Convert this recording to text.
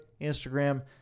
instagram